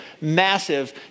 massive